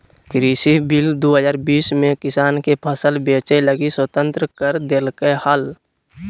कृषि बिल दू हजार बीस में किसान के फसल बेचय लगी स्वतंत्र कर देल्कैय हल